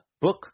Book